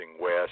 west